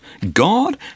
God